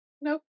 nope